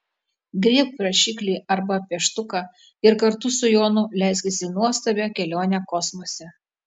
griebk rašiklį arba pieštuką ir kartu su jonu leiskis į nuostabią kelionę kosmose